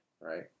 right